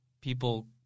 people